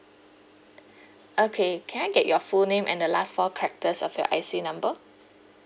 okay can I get your full name and the last four characters of your I_C number